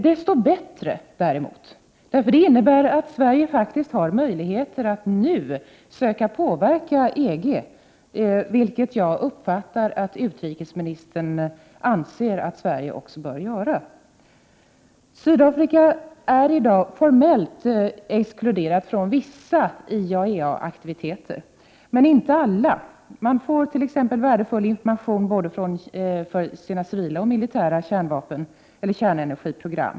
Det gör ju saken bättre, eftersom det innebär att Sverige faktiskt har möjligheter att nu söka påverka EG, vilket jag uppfattar att utrikesministern anser att Sverige också bör göra. Sydafrika är i dag formellt exkluderat från vissa IAEA-aktiviteter, men inte alla. Man får t.ex. värdefull information från både sina civila och militära kärnenergiprogram.